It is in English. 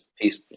Peace